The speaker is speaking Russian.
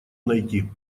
найти